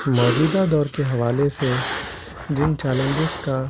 موجودہ دور کے حوالے سے جن چیلنجز کا